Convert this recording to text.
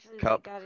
cup